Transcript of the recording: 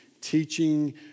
teaching